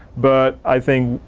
but i think,